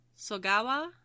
Sogawa